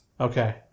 Okay